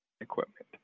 equipment